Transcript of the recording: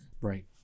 right